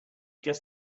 just